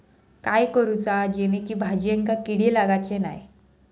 काय करूचा जेणेकी भाजायेंका किडे लागाचे नाय?